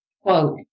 quote